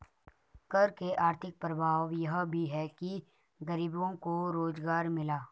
कर के आर्थिक प्रभाव यह भी है कि गरीबों को रोजगार मिला